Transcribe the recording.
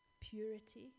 purity